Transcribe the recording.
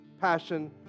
passion